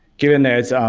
given that,